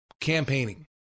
campaigning